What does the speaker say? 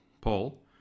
Paul